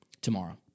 tomorrow